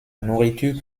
nourriture